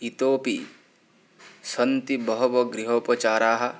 इतोऽपि सन्ति बहवः गृहोपचाराः